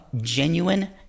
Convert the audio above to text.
genuine